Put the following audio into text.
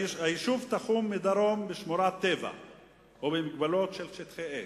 היישוב תחום מדרום בשמורת טבע ובמגבלות של שטחי אש,